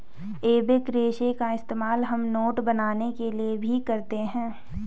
एबेक रेशे का इस्तेमाल हम नोट बनाने के लिए भी करते हैं